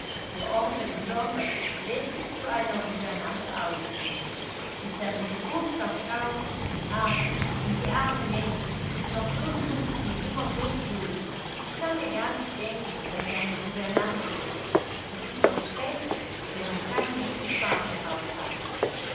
ihr onkel in london läßt sie zu einer gouvernante ausbilden ist das nicht furchtbar traurig ach und die arme nellie ist noch so jung und immer so fröhlich ich kann mir gar nicht denken daß sie eine gouvernante wird es ist doch schrecklich wenn man kein liebes vaterhaus hat